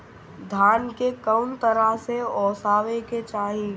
धान के कउन तरह से ओसावे के चाही?